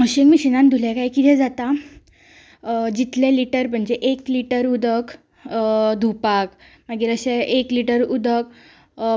washing मशिनान धुले कांय कितें जाता जितले लीटर म्हणजे एक लीटर उदक धुवपाक मागीर अशें एक लीटर उदक